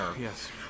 Yes